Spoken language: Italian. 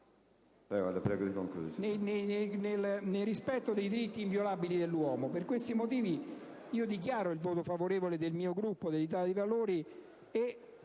nel rispetto dei diritti inviolabili dell'uomo. Per questi motivi, dichiaro il voto favorevole del mio Gruppo, l'Italia dei Valori,